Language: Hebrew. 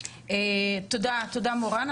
תודה, מורן.